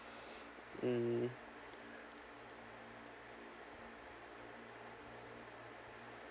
hmm